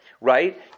right